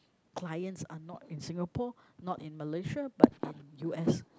clients are not in Singapore not in Malaysia but in U_S